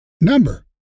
number